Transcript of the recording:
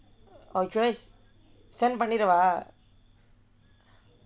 or should I send பண்ணிடவா:pannidavaa